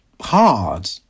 hard